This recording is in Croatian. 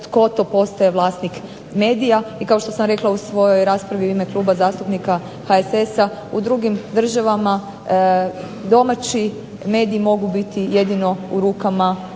tko to postaje vlasnik medija. I kao što sam rekla u svojoj raspravi u ime Kluba zastupnika HSS-a u drugim državama domaći mediji mogu biti jedino u rukama